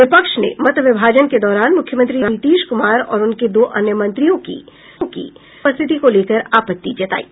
विपक्ष ने मत विभाजन के दौरान मुख्यमंत्री नीतीश कुमार और उनके दो अन्य मंत्रियों की सदन में उपस्थिति को लेकर आपत्ति जतायी